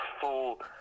full